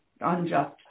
unjust